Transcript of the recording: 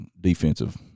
defensive